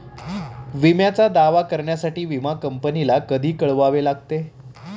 विम्याचा दावा करण्यासाठी विमा कंपनीला कधी कळवावे लागते?